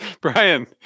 Brian